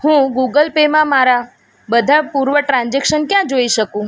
હું ગૂગલ પેમાં મારા બધાં પૂર્વ ટ્રાન્ઝૅક્શન ક્યાં જોઈ શકું